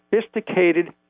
sophisticated